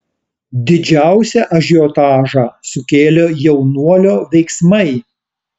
didžiausią ažiotažą sukėlė jaunuolio veiksmai